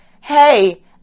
hey